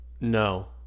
No